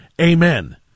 amen